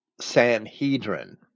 Sanhedrin